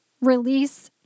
release